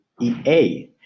EA